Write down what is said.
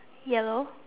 yellow